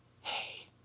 Hey